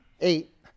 eight